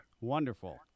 Wonderful